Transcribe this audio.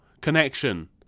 connection